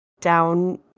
down